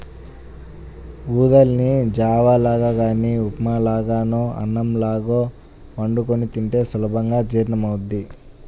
ఊదల్ని జావ లాగా గానీ ఉప్మా లాగానో అన్నంలాగో వండుకొని తింటే సులభంగా జీర్ణమవ్వుద్ది